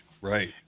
Right